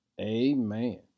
Amen